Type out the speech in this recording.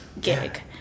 gig